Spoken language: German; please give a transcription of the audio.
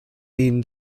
ihnen